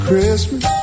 Christmas